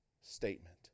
statement